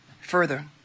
Further